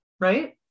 right